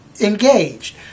engaged